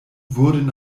wurden